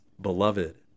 beloved